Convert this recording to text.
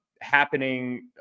happening